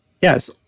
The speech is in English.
yes